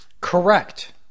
Correct